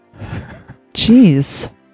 Jeez